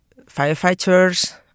firefighters